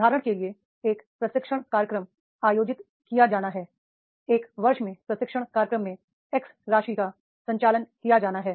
उदाहरण के लिए एक प्रशिक्षण कार्यक्रम आयोजित किया जाना है एक वर्ष में प्रशिक्षण कार्यक्रम में एक्स राशि का संचालन किया जाना है